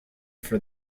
for